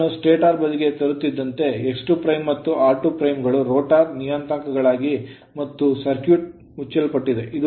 ನಾವು ಅದನ್ನು ಸ್ಟಾಟರ್ ಬದಿಗೆ ತರುತ್ತಿದ್ದಂತೆ X2ಮತ್ತು r2' ಗಳು ರೋಟರ್ ನಿಯತಾಂಕಗಳಾಗಿವೆ ಮತ್ತು ಸರ್ಕ್ಯೂಟ್ ಮುಚ್ಚಲ್ಪಟ್ಟಿದೆ